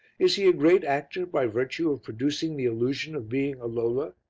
is he a great actor by virtue of producing the illusion of being a lola?